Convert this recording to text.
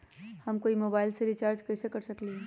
हम कोई मोबाईल में रिचार्ज कईसे कर सकली ह?